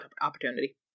opportunity